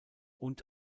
und